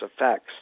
effects